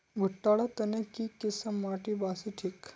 भुट्टा र तने की किसम माटी बासी ठिक?